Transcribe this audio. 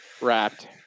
wrapped